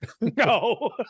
No